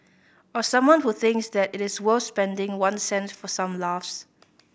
or someone who thinks that it is worth spending one cent for some laughs